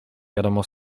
wiadomo